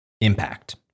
impact